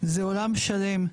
זה עולם שלם,